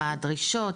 מה הדרישות,